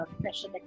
pressure